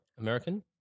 American